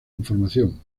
información